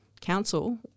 council